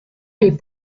les